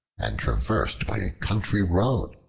and traversed by a country road.